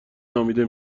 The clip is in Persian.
نامیده